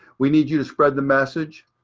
we need you to spread the message.